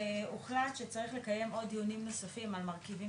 והוחלט שצריך לקיים עוד דיוני נוספים על מרכיבים